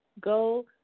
Go